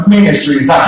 Ministries